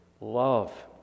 love